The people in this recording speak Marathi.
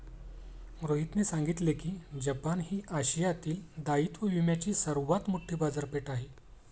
रोहितने सांगितले की जपान ही आशियातील दायित्व विम्याची सर्वात मोठी बाजारपेठ आहे